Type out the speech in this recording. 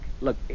look